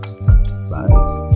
Bye